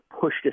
pushed